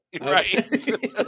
Right